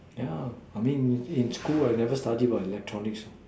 yeah I mean in school I never study about electronics